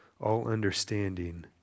all-understanding